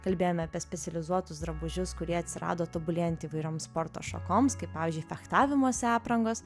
kalbėjome apie specializuotus drabužius kurie atsirado tobulėjant įvairioms sporto šakoms kaip pavyzdžiui fechtavimosi aprangos